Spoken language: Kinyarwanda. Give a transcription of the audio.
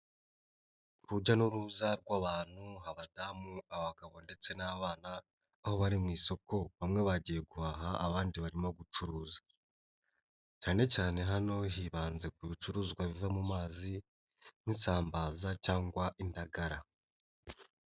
Urujya n'uruza rw'abantu, abadamu, abagabo ndetse n'abana aho bari mu isoko bamwe bagiye guhaha abandi barimo gucuruza, cyane cyane hano hibanze ku bicuruzwa biva mu mazi nk'isambaza cyangwa indagara.